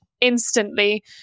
instantly